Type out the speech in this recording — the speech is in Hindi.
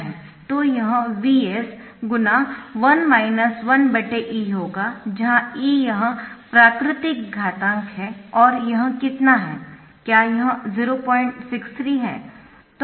तो यह Vs 1 1 e होगा जहां e यह प्राकृतिक घातांक है और यह कितना है क्या यह 063 है